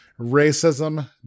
racism